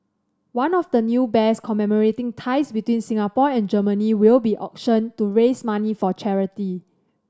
one of the new bears commemorating ties between Singapore and Germany will be auctioned to raise money for charity